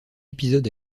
épisode